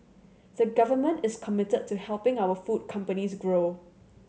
the government is committed to helping our food companies grow